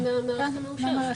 לא, זה מגיע מהמערכת הממוחשבת.